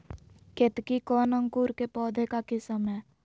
केतकी कौन अंकुर के पौधे का किस्म है?